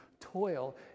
toil